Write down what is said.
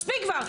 מספיק כבר.